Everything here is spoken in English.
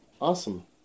Awesome